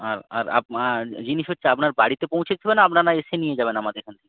আর আর আপনার জিনিস হচ্ছে আপনার বাড়িতে পৌঁছে দেবে না আপনানা এসে নিয়ে যাবেন আমাদের এখান থেকে